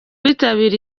bitabiriye